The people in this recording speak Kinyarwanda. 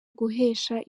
guhesha